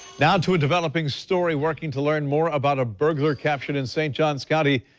now to a developing story, working to learn more about a burglar captured in st. johns county.